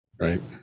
right